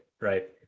right